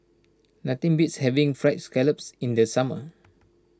nothing beats having Fried Scallops in the summer